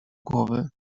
głowy